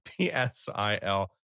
PSIL